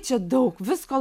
čia daug visko